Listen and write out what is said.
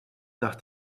nach